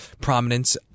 prominence